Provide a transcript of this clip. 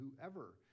whoever